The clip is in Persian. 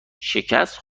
شکست